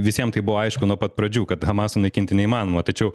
visiem tai buvo aišku nuo pat pradžių kad hamas sunaikinti neįmanoma tačiau